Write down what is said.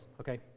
okay